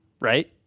Right